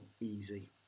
easy